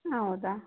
ಹೌದಾ